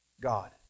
God